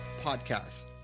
podcast